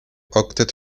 octet